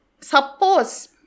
Suppose